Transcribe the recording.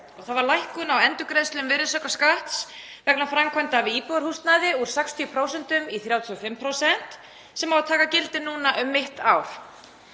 Það var lækkun á endurgreiðslu virðisaukaskatts vegna framkvæmda við íbúðarhúsnæði úr 60% í 35%, sem á að taka gildi núna um mitt ár.